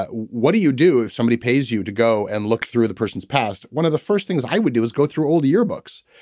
ah what do you do if somebody pays you to go and look through the person's past. one of the first things i would do is go through old yearbooks.